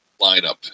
lineup